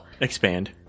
Expand